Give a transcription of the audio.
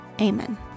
amen